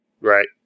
right